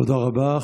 תודה רבה.